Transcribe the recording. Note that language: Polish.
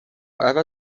ewę